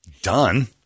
Done